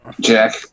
jack